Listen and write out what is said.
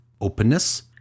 openness